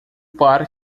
par